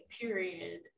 period